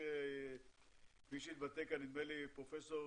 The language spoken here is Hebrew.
כפי שהתבטא פה פרופ'